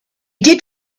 did